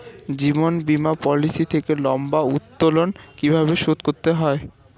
জীবন বীমা পলিসি থেকে লম্বা উত্তোলন কিভাবে শোধ করতে হয়?